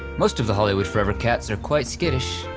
most of the hollywood forever cats are quite skittish,